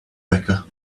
becca